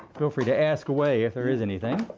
feel free to ask away if there is anything.